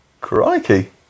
crikey